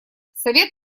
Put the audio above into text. совет